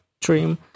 dream